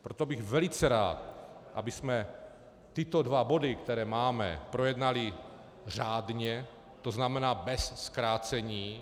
Proto bych velice rád, abychom tyto dva body, které máme, projednali řádně, tzn. bez zkrácení.